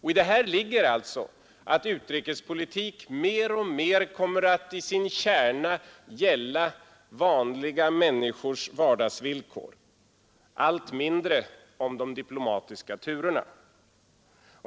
I detta ligger alltså att utrikespolitik mer och mer kommer att i sin kärna gälla vanliga människors vardagsvillkor och allt mindre de diplomatiska turerna.